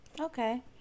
okay